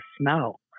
smell